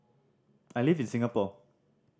I live in Singapore